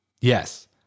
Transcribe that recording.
Yes